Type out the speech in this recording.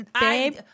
Babe